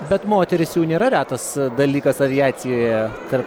bet moterys jau nėra retas dalykas aviacijoje tarp